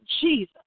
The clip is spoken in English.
Jesus